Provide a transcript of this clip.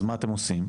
אז מה אתם עושים?